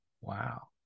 Wow